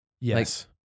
Yes